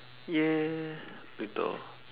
ya later lor